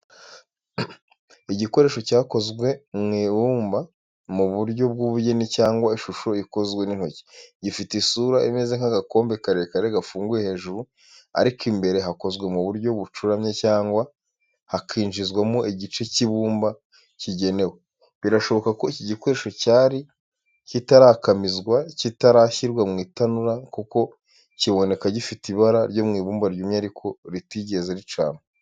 Igikoresho cyakozwe mu ibumba mu buryo bw’ubugeni cyangwa ishusho ikozwe n’intoki. Gifite isura imeze nk’agakombe karekare gafunguye hejuru, ariko imbere hakozwe mu buryo bucuramye cyangwa hakinjizwamo igice cy’ikibumba kigenewe. Birashoboka ko iki gikoresho cyari kitarakamizwa, kitarashyirwa mu itanura kuko kiboneka gifite ibara ryo mu ibumba ryumye ariko ritigeze ricanwa.